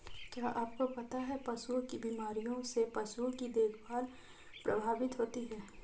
क्या आपको पता है पशुओं की बीमारियों से पशुओं की देखभाल प्रभावित होती है?